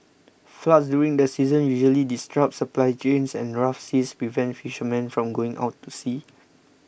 floods during this season usually disrupt supply chains and rough seas prevent fishermen from going out to sea